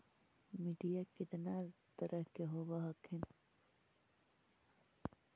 मिट्टीया कितना तरह के होब हखिन?